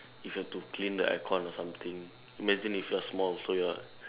if you are to clean the aircon or something imagine if you are small so you are